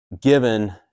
given